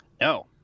No